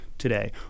today